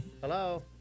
Hello